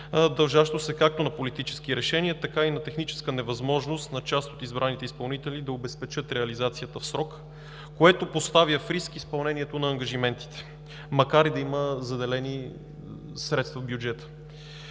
дължащо се както на политически решения, така и на техническа невъзможност на част от избраните изпълнители да обезпечат реализацията в срок, което поставя в риск изпълнението на ангажиментите, макар и да има заделени средства в бюджета.